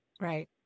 Right